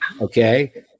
Okay